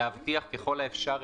רצית לשאול, חברת הכנסת?